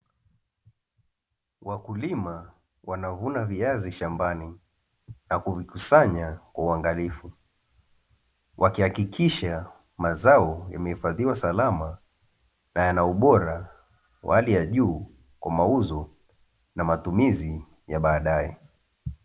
Wakulima wanavuna viazi shambani na kuvikusanya kwa uangalifu, wakihakikisha mazao yamehifadhiwa salama na yana ubora wa hali ya juu kwa mauzo na matumizi ya baadaye.